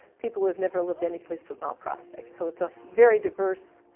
people who have never lived anyplace but mount prospect. so it's a very diverse,